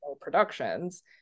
productions